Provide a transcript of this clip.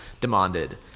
demanded